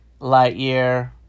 Lightyear